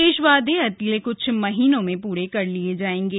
शेष वादे अगले कुछ महीनों में प्रे कर लिये जाएंगे